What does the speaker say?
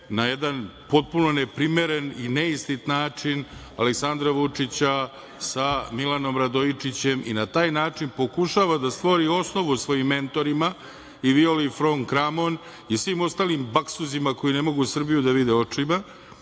na jedan potpuno neprimeren i neistinit način Aleksandra Vučića sa Milanom Radoičićem i na taj način pokušava da stvori osnovu svojim mentorima i Violi fon Kramon i svim ostalim baksuzima koji ne mogu Srbiju da vide očima,